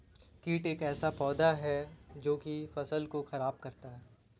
कीट एक ऐसा पौधा है जो की फसल को खराब करता है